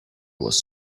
was